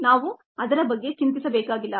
ನಾವು ಅದರ ಬಗ್ಗೆ ಚಿಂತಿಸಬೇಕಾಗಿಲ್ಲ